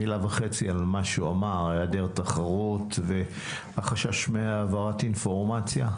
מילה על מה שאמר היעדר תחרות והחשש מהעברת מידע.